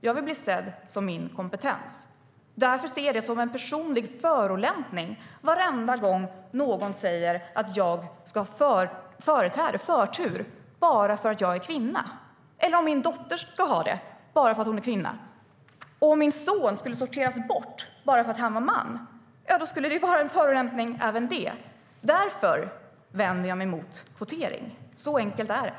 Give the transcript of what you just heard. Jag vill bli sedd som min kompetens. Därför ser jag det som en personlig förolämpning varenda gång någon säger att jag ska ha förtur bara för att jag är kvinna eller att min dotter ska ha det bara för att hon är kvinna. Om min son skulle sorteras bort bara för att han är man skulle det också vara en förolämpning. Därför vänder jag mig mot kvotering. Så enkelt är det.